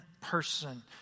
Person